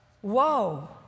whoa